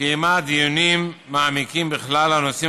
קיימה דיונים מעמיקים בכלל הנושאים